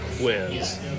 wins